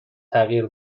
تغییر